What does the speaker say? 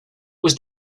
was